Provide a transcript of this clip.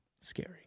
scary